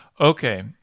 okay